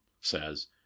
says